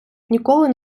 ніколи